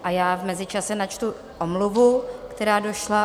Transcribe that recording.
A já v mezičase načtu omluvu, která došla.